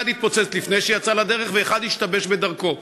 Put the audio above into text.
אחד התפוצץ לפני שיצא לדרך ואחד השתבש בדרכו,